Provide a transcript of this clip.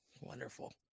wonderful